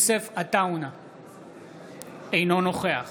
אינו נוכח